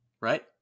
right